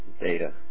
data